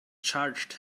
charged